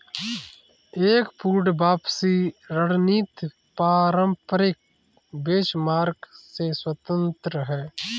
एक पूर्ण वापसी रणनीति पारंपरिक बेंचमार्क से स्वतंत्र हैं